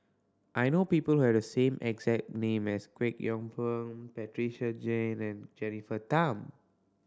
I know people who have the same exact name as Kwek Hong Png Patricia Chan and Jennifer Tham